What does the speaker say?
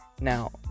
Now